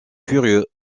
furieux